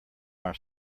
our